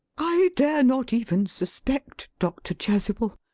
i dare not even suspect, dr. chasuble.